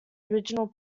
original